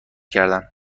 کردن